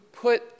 put